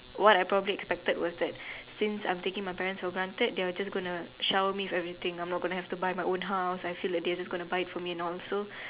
what I probably expected was that since I am taking my parents for granted they are just gonna showered me with everything I am not gonna have to buy my own house I feel like they are just gonna buy it for me and also